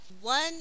One